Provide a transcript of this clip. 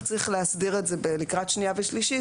צריך להסדיר את זה לקראת שנייה ושלישית,